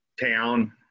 town